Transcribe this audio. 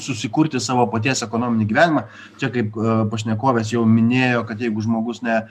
susikurti savo paties ekonominį gyvenimą čia kaip pašnekovės jau minėjo kad jeigu žmogus ne